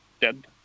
dead